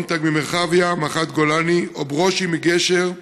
מונטג ממרחביה, מח"ט גולני או ברושי מגשר,